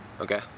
Okay